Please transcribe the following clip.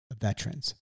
veterans